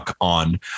on